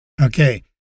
Okay